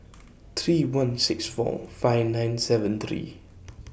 three one six four five nine seven three